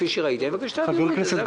אני מבקש שתעבירו את זה, זה הכול.